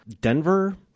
Denver